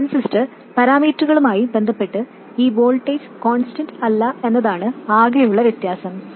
transistor പാരാമീറ്ററുകളുമായി ബന്ധപ്പെട്ട് ഈ വോൾട്ടേജ് കോൺസ്റ്റന്റ് അല്ല എന്നതാണ് ആകെയുള്ള വ്യത്യാസം